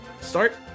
start